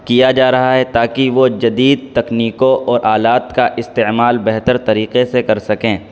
کیا جا رہا ہے تاکہ وہ جدید تکنیکوں اور آلات کا استعمال بہتر طریقے سے کر سکیں